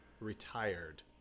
retired